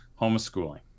homeschooling